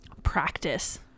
Practice